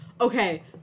Okay